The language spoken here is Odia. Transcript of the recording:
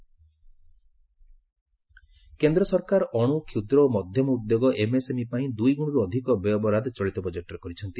ଏମ୍ଏସ୍ଏମ୍ଇ କେନ୍ଦ୍ର ସରକାର ଅଣୁ ଷୁଦ୍ର ଓ ମଧ୍ୟମ ଉଦ୍ୟୋଗ ଏମ୍ଏସ୍ଏମ୍ଇ ପାଇଁ ଦୂଇଗୁଣର୍ ଅଧିକ ବ୍ୟୟବରାଦ ଚଳିତ ବଜେଟ୍ରେ କରିଛନ୍ତି